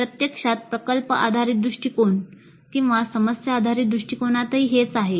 प्रत्यक्षात प्रकल्प आधारित दृष्टीकोन समस्या आधारित दृष्टिकोनातही हेच आहे